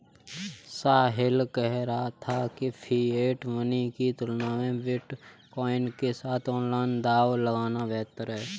साहिल कह रहा था कि फिएट मनी की तुलना में बिटकॉइन के साथ ऑनलाइन दांव लगाना बेहतर हैं